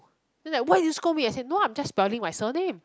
then like why you do scold me I say no I'm just spelling my surname